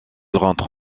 rentre